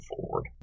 forward